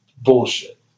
bullshit